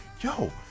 yo